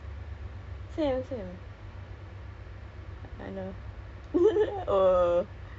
it's a good opportunity to get married ya ya !alamak! nak kahwin nak kahwin should I kahwin no lah it's okay lah